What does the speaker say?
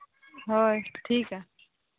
ᱦᱳᱭ ᱴᱷᱤᱠᱼᱟ